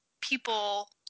people